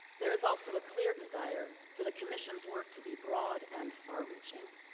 there is also a clear desire for the commission's work to be broad and far-reaching.